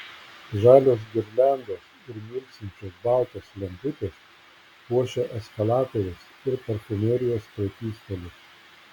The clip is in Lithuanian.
žalios girliandos ir mirksinčios baltos lemputės puošia eskalatorius ir parfumerijos prekystalius